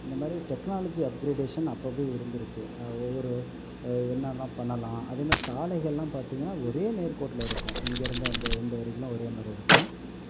இந்தமாதிரி technology upgradation அப்போப்பையே இருந்துருக்கு ஒவ்வொரு ஏ என்னெனான்ன பண்ணலாம் அதேமாதிரி சாலைகளெலாம் பார்த்தீங்கன்னா ஒரே நேர்க்கோட்டில் இருக்கும் இங்கேருந்து அந்த என்டு வரைக்குலாம் ஒரே மாதிரி இருக்கும்